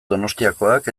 donostiakoak